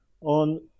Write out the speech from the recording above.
on